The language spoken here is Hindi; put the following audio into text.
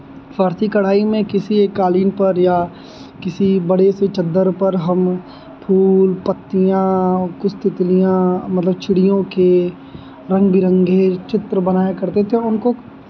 फ़ारसी कढ़ाई में किसी एक कालीन पर या किसी बड़े से चद्दर पर हम फूल पत्तियाँ और कुछ तितलियाँ मतलब चिड़ियों के रंग बिरंगे चित्र बनाया करते थे और उनको